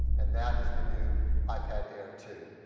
and that is the new ipad air two.